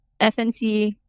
FNC